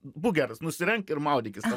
būk geras nusirenk ir maudykis